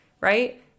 right